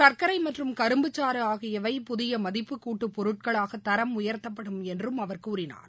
சர்க்கரை மற்றும் கரும்பு சாறு ஆகியவை புதிய மதிப்புக் கூட்டுப் பொருட்களாக தரம் உயர்த்தப்படும் என்றும் அவர் கூறினார்